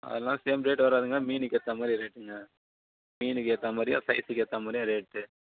அதெல்லாம் same rate வராதுங்க மீனுக்கு ஏற்ற மாரி ரேட்டுங்க மீனுக்கு ஏற்ற மாரியும் சைஸுக்கு ஏற்ற மாரியும் ரேட்டு